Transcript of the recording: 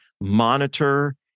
monitor